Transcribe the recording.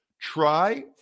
Try